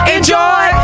Enjoy